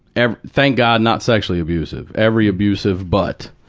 every thank god, not sexually abusive. every abusive but.